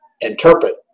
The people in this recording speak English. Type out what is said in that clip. interpret